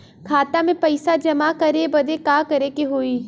खाता मे पैसा जमा करे बदे का करे के होई?